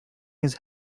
his